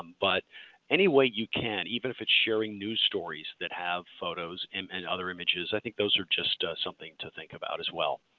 um but any way you can, even if it's sharing news stories that have photos um and other images. i think those are just something to think about as well.